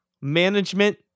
Management